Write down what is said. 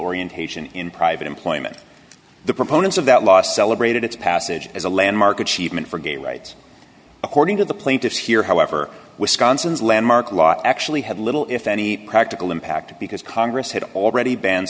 orientation in private employment the proponents of that law celebrated its passage as a landmark achievement for gay rights according to the plaintiffs here however wisconsin's landmark law actually had little if any practical impact because congress had already banned